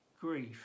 grief